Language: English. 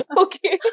okay